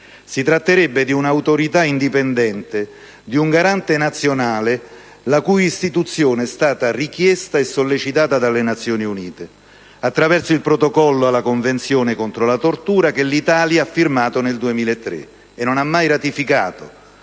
Si tratterebbe di un'autorità indipendente, di un garante nazionale la cui istituzione è stata richiesta e sollecitata dalle Nazioni Unite attraverso il Protocollo alla Convenzione contro la tortura, che l'Italia ha firmato nel 2003 e non ha mai ratificato,